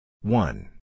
one